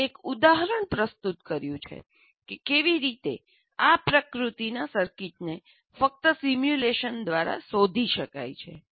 અમે એક ઉદાહરણ પ્રદાન કર્યું છે કે કેવી રીતે આ પ્રકૃતિના સર્કિટને ફક્ત સિમ્યુલેશન દ્વારા શોધી શકાય છે